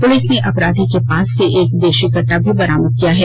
police ने अपराधी के पास से एक देशी कट्टा भी बरामद किया है